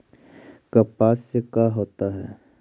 कपास से का होता है?